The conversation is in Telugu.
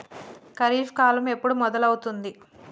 ఖరీఫ్ కాలం ఎప్పుడు మొదలవుతుంది?